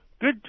Good